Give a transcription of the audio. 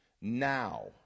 Now